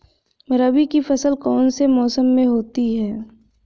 रबी की फसल कौन से मौसम में होती है?